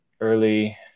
early